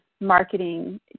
marketing